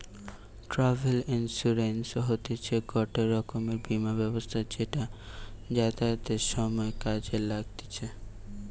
travel insurance হতিছে গটে রকমের বীমা ব্যবস্থা যেটা যাতায়াতের সময় কাজে লাগতিছে